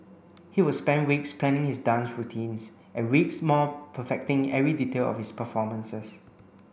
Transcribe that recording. he would spend weeks planning his dance routines and weeks more perfecting every detail of his performances